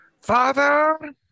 Father